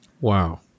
Wow